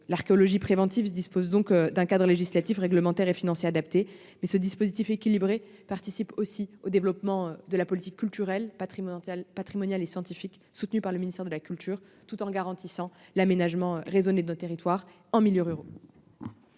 L'archéologie préventive dispose donc d'un cadre législatif, réglementaire et financier adapté. Ce dispositif équilibré participe au développement de la politique culturelle, patrimoniale et scientifique soutenue par le ministère de la culture, tout en garantissant un aménagement raisonné du territoire, notamment en milieu rural.